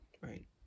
right